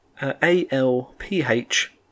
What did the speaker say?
A-L-P-H